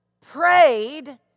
prayed